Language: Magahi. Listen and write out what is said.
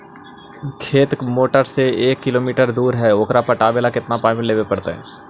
खेत मोटर से एक किलोमीटर दूर है ओकर पटाबे ल केतना पाइप लेबे पड़तै?